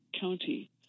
county